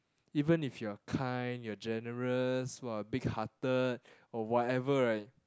even if you are kind you are generous !wah! big hearted or whatever right